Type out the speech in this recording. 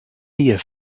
here